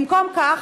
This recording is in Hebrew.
במקום כך,